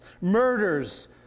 murders